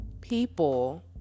people